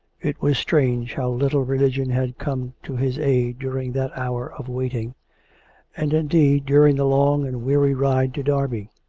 it was strange how little religion had come to his aid during that hour of waiting and, indeed, during the long and weary ride to derby.